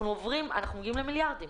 אנחנו מגיעים למיליארדי שקלים.